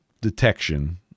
detection